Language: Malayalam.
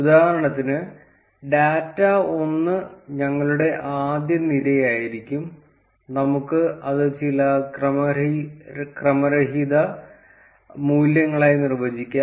ഉദാഹരണത്തിന് ഡാറ്റ 1 ഞങ്ങളുടെ ആദ്യ നിരയായിരിക്കും നമുക്ക് അത് ചില ക്രമരഹിത മൂല്യങ്ങളായി നിർവ്വചിക്കാം